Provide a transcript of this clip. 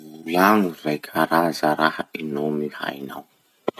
Volagno zay karaza inomy hainao.